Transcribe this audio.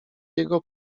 jego